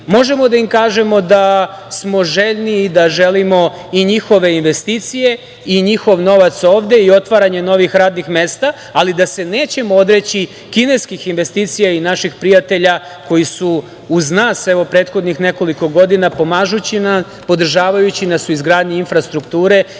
Možemo da im kažemo da smo željni i da želimo i njihove investicije i njihov novac ovde i otvaranje novih radnih mesta, ali da se nećemo odreći kineskih investicija i naših prijatelja koji su uz nas prethodnih nekoliko godina, pomažući nam, podržavajući nas u izgradnji infrastrukture